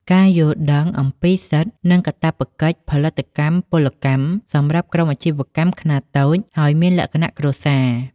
ការយល់ដឹងអំពីសិទ្ធិ និងកាតព្វកិច្ចផលិតកម្មពលកម្ម សម្រាប់ក្រុមអាជីវកម្មខ្នាតតូចហើយមានលក្ខណៈគ្រួសារ។